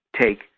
take